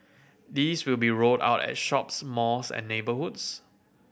these will be rolled out at shops malls and neighbourhoods